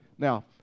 Now